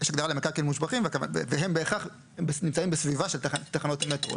יש הגדרה למקרקעין מושבחים והם בהכרח נמצאים בסביבה של תחנות מטרו.